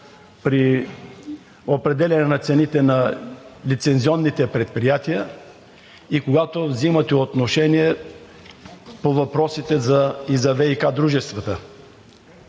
при определяне на цените на лицензионните предприятия и когато взимате отношение по въпросите и за ВиК дружествата.